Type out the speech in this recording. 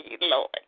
Lord